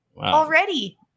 Already